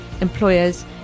employers